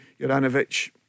Juranovic